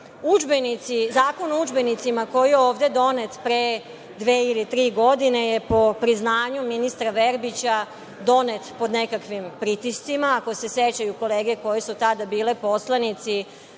o udžbenicima koji je ovde donet pre dve ili tri godine je po priznanju ministra Verbića donet pod nekakvim pritiscima, ako se sećaju kolege koje su tada bili poslanici,